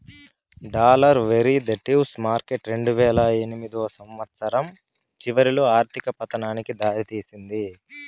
dollar derivatives market రెండువేల ఎనిమిదో సంవచ్చరం చివరిలో ఆర్థిక పతనానికి దారి తీసింది